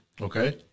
Okay